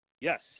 Yes